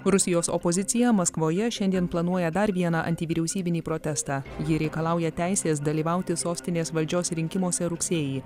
rusijos opozicija maskvoje šiandien planuoja dar vieną antivyriausybinį protestą jie reikalauja teisės dalyvauti sostinės valdžios rinkimuose rugsėjį